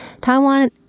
Taiwan